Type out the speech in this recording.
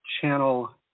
channel